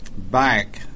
Back